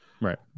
Right